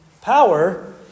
Power